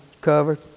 covered